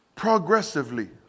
Progressively